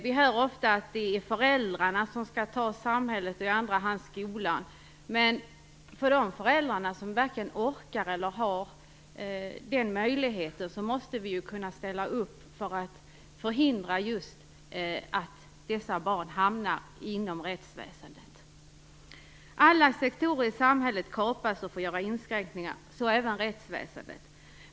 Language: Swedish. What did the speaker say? Vi hör ofta att det är föräldrarna och i andra hand skolan som skall ta ansvaret. Vi måste kunna ställa upp för de föräldrar som varken orkar eller har möjlighet, för att förhindra att dessa barn hamnar inom rättsväsendet. Alla sektorer i samhället kapas och får göra inskränkningar - så även rättsväsendet.